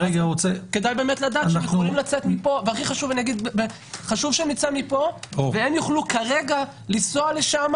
חשוב שנצא מפה והם יוכלו כרגע לנסוע לשם